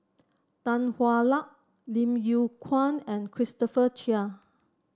Tan Hwa Luck Lim Yew Kuan and Christopher Chia